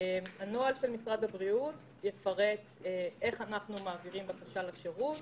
הנוהל של משרד הבריאות יפרט איך אנחנו מעבירים בקשה לשירות,